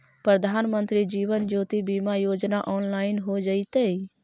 प्रधानमंत्री जीवन ज्योति बीमा योजना ऑनलाइन हो जइतइ